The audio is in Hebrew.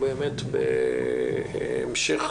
בהמשך